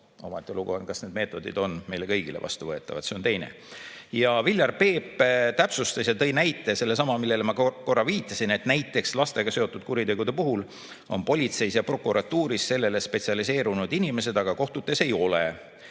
Omaette lugu on, kas need meetodid on meile kõigile vastuvõetavad, see on teine asi. Viljar Peep täpsustas ja tõi sellesama näite, millele ma korra viitasin, et näiteks lastega seotud kuritegude puhul on politseis ja prokuratuuris [nende uurimisele] spetsialiseerunud inimesed, aga kohtutes nii ei ole.